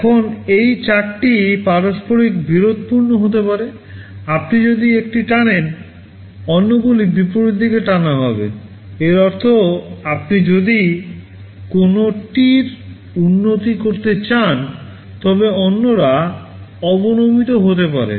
এখন এই চারটি পারস্পরিক বিরোধপূর্ণ হতে পারে আপনি যদি একটি টানেন অন্যগুলি বিপরীত দিকে টানা হবে এর অর্থ আপনি যদি কোনওটির উন্নতি করতে চান তবে অন্যরা অবনমিত হতে পারে